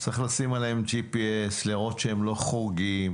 צריך לשים עליהם GPS, לראות שהם לא חורגים.